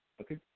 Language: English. Okay